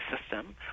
system